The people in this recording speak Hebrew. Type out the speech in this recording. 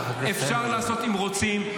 אפשר לעשות, אם רוצים.